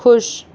खुश